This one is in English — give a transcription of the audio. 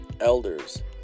elders